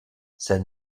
sed